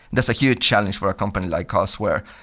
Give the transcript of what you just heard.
that's a huge challenge for a company like us, where,